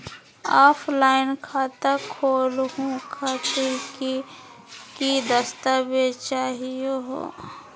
Offline खाता खोलहु खातिर की की दस्तावेज चाहीयो हो?